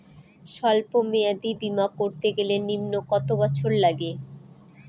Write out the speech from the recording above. সল্প মেয়াদী বীমা করতে গেলে নিম্ন কত বছর লাগে?